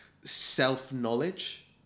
self-knowledge